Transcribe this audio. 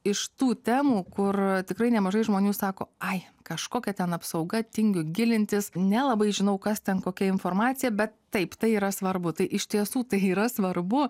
iš tų temų kur tikrai nemažai žmonių sako ai kažkokia ten apsauga tingiu gilintis nelabai žinau kas ten kokia informacija bet taip tai yra svarbu tai iš tiesų tai yra svarbu